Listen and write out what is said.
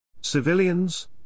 Civilians